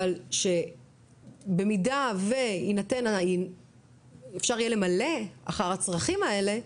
אבל במידה ויינתן ואפשר יהיה למלא אחר הצרכים האלה,